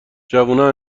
جوونا